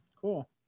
cool